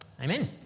Amen